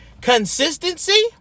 Consistency